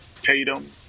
Tatum